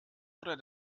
oder